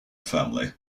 family